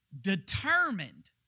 determined